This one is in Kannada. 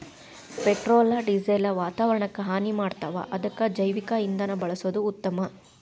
ಪೆಟ್ರೋಲ ಡಿಸೆಲ್ ವಾತಾವರಣಕ್ಕ ಹಾನಿ ಮಾಡ್ತಾವ ಅದಕ್ಕ ಜೈವಿಕ ಇಂಧನಾ ಬಳಸುದ ಉತ್ತಮಾ